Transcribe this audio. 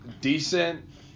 decent